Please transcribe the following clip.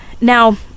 now